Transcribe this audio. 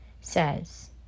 says